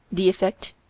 the effect